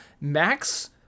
Max